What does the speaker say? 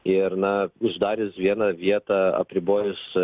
ir na uždarius vieną vietą apribojus